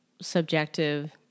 subjective